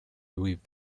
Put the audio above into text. with